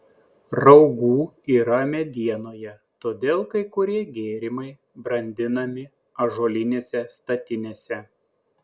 raugų yra medienoje todėl kai kurie gėrimai brandinami ąžuolinėse statinėse